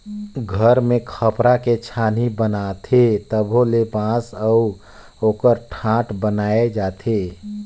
घर मे खपरा के छानी बनाथे तबो ले बांस अउ ओकर ठाठ बनाये जाथे